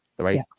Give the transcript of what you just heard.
right